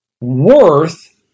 worth